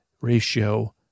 ratio